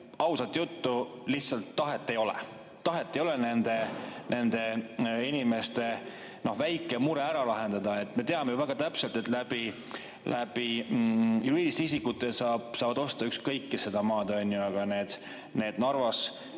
ausat juttu: lihtsalt tahet ei ole. Tahet ei ole nende inimeste väike mure ära lahendada. Me ju teame väga täpselt, et juriidiliste isikute kaudu saab ükskõik kes osta seda maad, aga need Narvas